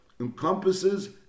encompasses